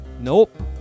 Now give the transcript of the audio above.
Nope